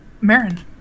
Marin